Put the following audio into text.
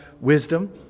wisdom